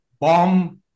bomb